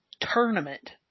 tournament